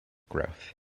growth